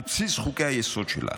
על בסיס חוקי-היסוד שלה,